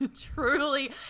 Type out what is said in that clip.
truly